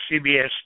CBS